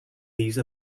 these